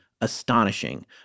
astonishing